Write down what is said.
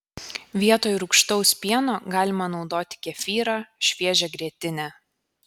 vietoj rūgštaus pieno galima naudoti kefyrą šviežią grietinę